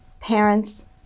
parents